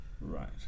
Right